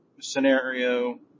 scenario